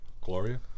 Gloria